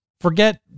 forget